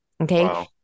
Okay